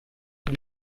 für